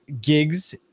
gigs